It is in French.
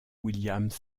williams